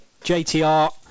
JTR